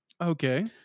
okay